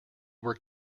were